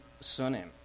surname